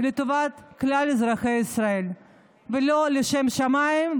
לטובת כלל אזרחי ישראל ולא לשם שמיים,